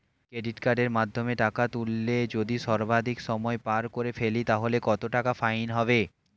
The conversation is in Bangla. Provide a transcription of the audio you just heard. ক্রেডিট কার্ডের মাধ্যমে টাকা তুললে যদি সর্বাধিক সময় পার করে ফেলি তাহলে কত টাকা ফাইন হবে?